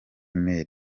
mail